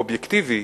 אובייקטיבי,